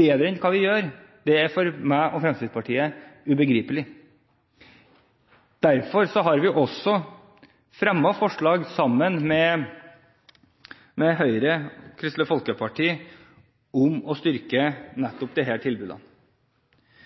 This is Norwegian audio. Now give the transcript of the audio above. bedre enn hva vi gjør, er for meg og Fremskrittspartiet ubegripelig. Derfor har vi også fremmet forslag sammen med Høyre og Kristelig Folkeparti om å styrke nettopp